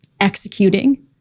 executing